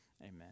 amen